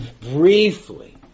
briefly